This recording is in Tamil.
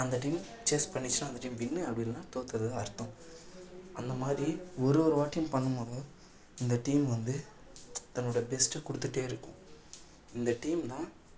அந்த டீம் சேஸ் பண்ணுச்சுன்னா அந்த டீமு வின்னு அப்படி இல்லைன்னா தோத்துறதாக அர்த்தம் அந்த மாதிரி ஒரு ஒரு வாட்டியும் பண்ணும் போது இந்த டீம் வந்து தன்னோட பெஸ்ட்டை கொடுத்துட்டே இருக்கும் இந்த டீம் தான்